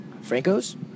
Franco's